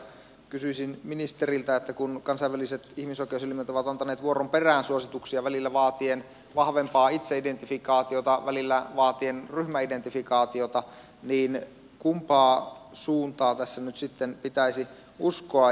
kysyisin ministeriltä kun kansainväliset ihmisoikeuselimet ovat antaneet vuoron perään suosituksia välillä vaatien vahvempaa itseidentifikaatiota välillä vaatien ryhmäidentifikaatiota kumpaa suuntaa tässä nyt sitten pitäisi uskoa